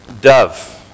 Dove